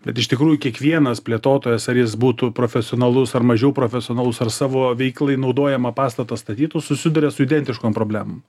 bet iš tikrųjų kiekvienas plėtotojas ar jis būtų profesionalus ar mažiau profesionalus ar savo veiklai naudojamą pastatą statytų susiduria su identiškom problemom